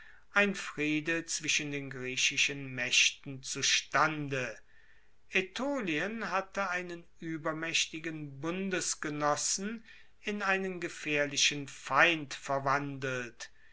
ein friede zwischen den griechischen maechten zustande aetolien hatte einen uebermaechtigen bundesgenossen in einen gefaehrlichen feind verwandelt